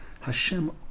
HaShem